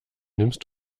nimmst